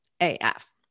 AF